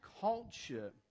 culture